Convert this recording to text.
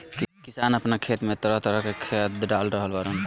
किसान आपना खेत में तरह तरह के खाद डाल रहल बाड़न